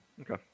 Okay